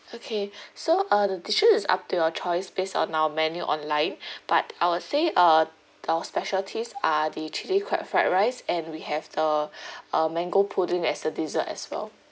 okay so uh the dishes is up to your choice based on our menu online but I would say uh our specialties are the chili crab fried rice and we have the uh mango pudding as the dessert as well